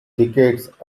decades